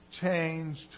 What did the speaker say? changed